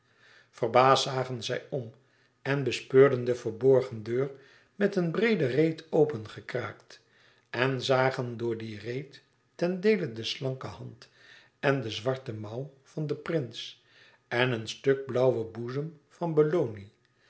verbaasd zagen zij om en bespeurden de verborgen deur met een breede reet opengekraakt en zagen door die reet ten deele de slanke hand en de zwarte mouw van den prins en een stuk blauwen boezem van